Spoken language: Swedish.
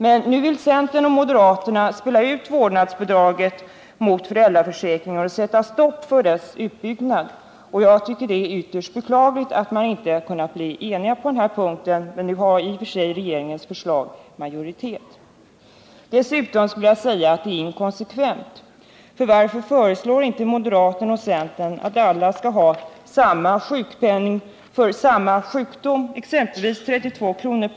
Men nu vill centerpartiet och moderata samlingspartiet spela ut vårdnadsbidraget mot föräldraförsäkringen och sätta stopp för dess utbyggnad. Jag tycker det är ytterst beklagligt att man inte har kunnat bli enig på den här punkten — men i och för sig har regeringens förslag nu majoritet. Dessutom vill jag säga att moderater och centerpartister är inkonsekventa. Varför föreslår inte moderater och centerpartister i konsekvensens namn att alla skall ha samma sjukpenning för samma sjukdom, exempelvis 32 kr.